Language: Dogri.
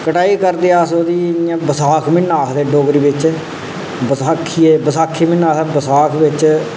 कटाई करदे ओह्दी अस बसाख म्हीने आखदे डोगरी बिच बसाखी म्हीना बसाख बिच